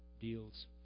deals